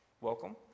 welcome